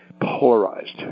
polarized